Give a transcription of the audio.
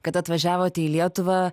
kad atvažiavot į lietuvą